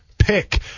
pick